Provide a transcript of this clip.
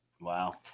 Wow